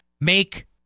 make